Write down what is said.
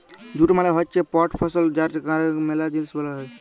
jute মালে হচ্যে পাট ফসল যার চাষ ক্যরে ম্যালা জিলিস বালাই